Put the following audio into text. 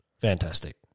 Fantastic